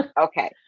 Okay